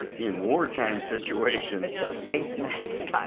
in wartime situation. it's a space mask,